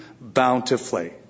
bountifully